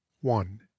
one